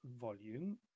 volume